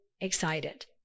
excited